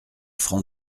francs